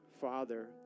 Father